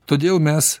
todėl mes